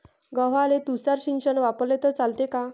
गव्हाले तुषार सिंचन वापरले तर चालते का?